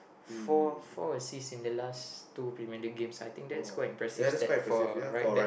four four assists in the last two Premier League games I think that's quite impressive step for a right back